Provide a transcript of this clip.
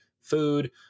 food